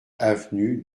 avenue